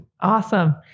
Awesome